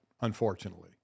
unfortunately